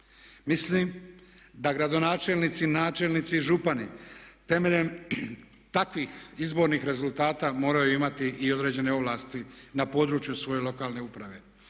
Mislim da gradonačelnici, načelnici i župani temeljem takvih izbornih rezultata moraju imati i određene ovlasti na području svoje lokalne uprave.